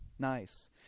Nice